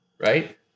Right